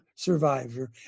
Survivor